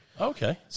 Okay